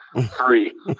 three